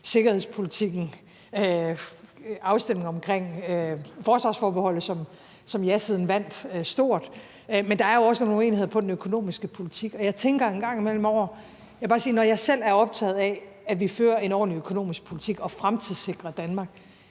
sikkerhedspolitikken og afstemningen omkring forsvarsforbeholdet, som jasiden vandt stort. Men der er jo også nogle uenigheder på den økonomiske politik, og jeg vil bare sige, at når jeg selv er optaget af, at vi fører en ordentlig økonomisk politik og fremtidssikrer Danmark,